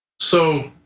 so,